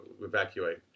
evacuate